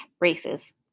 races